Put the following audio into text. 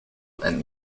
and